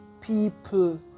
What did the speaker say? people